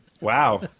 Wow